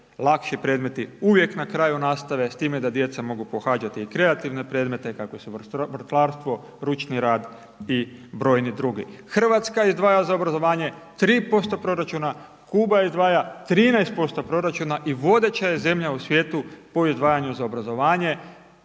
lakši predmeti uvijek na kraju nastave s time da djeca mogu pohađati i kreativne predmete kakvi su vrtlarstvo, ručni rad i brojni drugi. Hrvatska izdvaja za obrazovanje 3% proračuna, Kuba izdvaja 13% proračuna i vodeća je zemlja u svijetu po izdvajanju za obrazovanje.